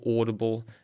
audible